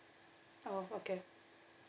oh okay